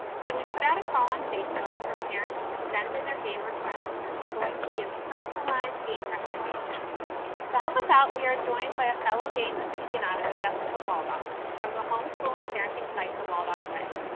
so we put out a call on facebook for parents to send in their game requests and we're going to give personalized game recommendations to help us out. we are joined by a fellow game aficionado, jessica waldock, from the home school and parenting site the waldock way.